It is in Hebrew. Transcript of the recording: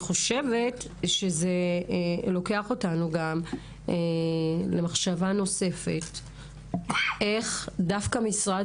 זה לוקח אותנו למחשבה נוספת איך משרד